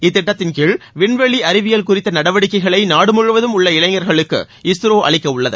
இத்திட்டத்தின் கீழ் விண்வெளி அறிவியல் குறித்த நடவடிக்கைகளை நாடுமுழுவதும் உள்ள இளைஞர்களுக்கு இஸ்ரோ அளிக்கவுள்ளது